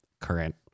current